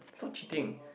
stop cheating